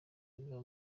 biba